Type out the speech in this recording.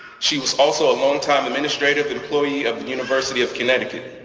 she was also a longtime administrative employee of the university of connecticut.